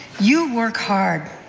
you work hard,